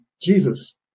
Jesus